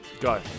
Go